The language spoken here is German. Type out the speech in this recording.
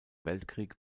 weltkrieg